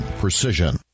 Precision